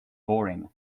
boring